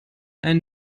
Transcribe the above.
einen